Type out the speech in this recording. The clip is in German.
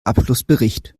abschlussbericht